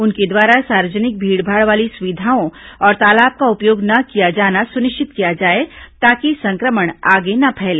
उनके द्वारा सार्वजनिक भीड़भाड़ वाली सुविधाओं और तालाब का उपयोग न किया जाना सुनिश्चित किया जाए ताकि संक्रमण आगे न फैले